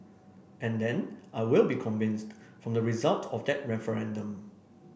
and then I will be convinced from the result of that referendum